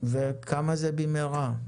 כמה זה במהרה?